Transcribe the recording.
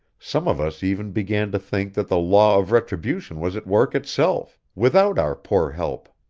some of us even began to think that the law of retribution was at work itself, without our poor help.